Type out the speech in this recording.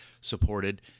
supported